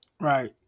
Right